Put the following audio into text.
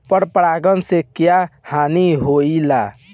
पर परागण से क्या हानि होईला?